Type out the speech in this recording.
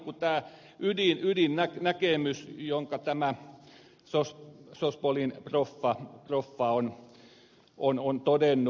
tämä on ydin näkemys jonka tämä sosiaalipolitiikan proffa on todennut